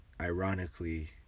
ironically